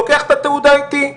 לוקח את התעודה איתי,